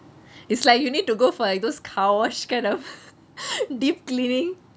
it's like you need to go for those car wash kind of deep cleaning